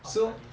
outside this